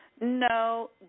no